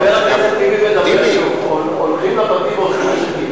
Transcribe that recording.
חבר הכנסת טיבי אומר שהולכים לבתים ואוספים נשקים.